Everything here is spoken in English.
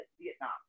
Vietnam